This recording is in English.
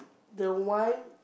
the one